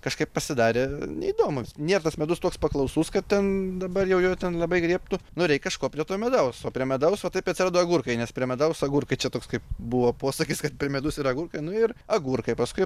kažkaip pasidarė neįdomu nėr tas medus toks paklausus kad ten dabar jau jo ten labai griebtų nu reik kažko prie to medaus o prie medaus o taip atsirado agurkai nes prie medaus agurkai čia toks kaip buvo posakis kad per medus ir agurkai nu ir agurkai paskui